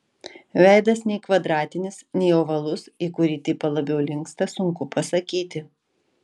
veidas nei kvadratinis nei ovalus į kurį tipą labiau linksta sunku pasakyti